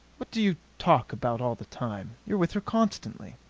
what do you talk about all the time? you're with her constantly.